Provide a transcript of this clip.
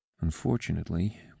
Unfortunately